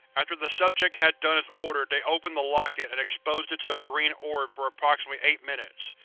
after the subject had done as ordered they opened the locket and exposed it to a green orb for approximately eight minutes.